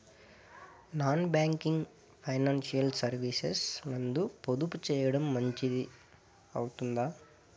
Non banking financial services నందు పొదుపు సేయడం మంచిది అవుతుందా?